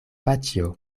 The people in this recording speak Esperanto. paĉjo